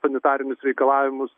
sanitarinius reikalavimus